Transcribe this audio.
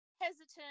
hesitant